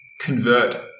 convert